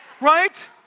Right